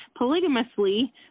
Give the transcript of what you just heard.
polygamously